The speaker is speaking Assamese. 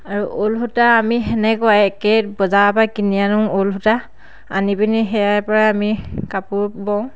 আৰু ঊল সূতা আমি সেনেকুৱাই একেই বজাৰৰ পৰা কিনি আনো ঊল সূতা আনি পিনি সেয়াৰ পৰাই আমি কাপোৰ বওঁ